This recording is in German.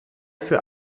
für